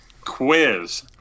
quiz